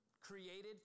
created